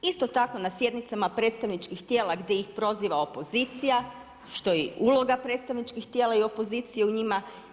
Isto tako na sjednicama predstavničkih tijela gdje ih proziva opozicija što je uloga predstavničkih tijela i opozicije u njima.